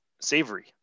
Savory